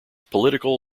political